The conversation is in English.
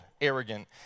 arrogant